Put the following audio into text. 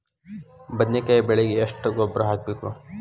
ಬದ್ನಿಕಾಯಿ ಬೆಳಿಗೆ ಎಷ್ಟ ಗೊಬ್ಬರ ಹಾಕ್ಬೇಕು?